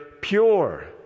pure